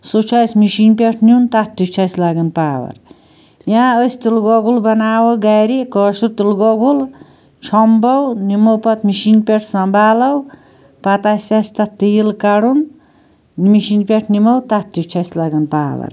سُہ چھُ اسہِ مِشیٖن پٮ۪ٹھ نیٛن تتھ تہِ چھُ اسہِ لگان پاوَر یا أسۍ تِل گۄگُل بناوو گھرٕ کٲشر تل گۄگُل چھۄمبو نِمو پَتہٕ مشیٖن پٮ۪ٹھ سنٛبھالو پَتہٕ آسہِ اسہِ تتھ تیٖل کَڑُن مشیٖن پٮ۪ٹھ نمو تتھ تہِ چھُ اسہِ لگان پاوَر